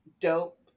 dope